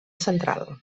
central